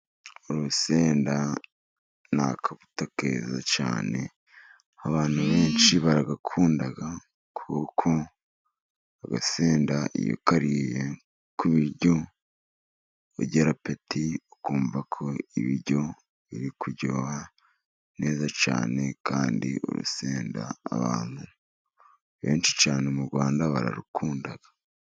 Urusenda n'kabuto keza cyane abantu benshi baragakunda. Kuko agasenda iyo ukariye kubiryo gatera apeti, ukumva ko ibiryo biri kuryoha neza cyane kandi urusenda abantu benshi cyane m'Urwanda bararukunda.